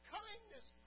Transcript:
kindness